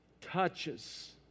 touches